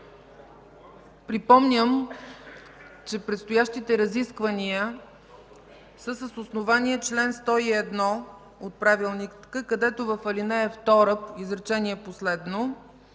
Припомням, че предстоящите разисквания са с основание чл. 101 от Правилника, където в ал. 2, изречение последно